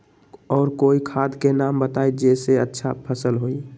और कोइ खाद के नाम बताई जेसे अच्छा फसल होई?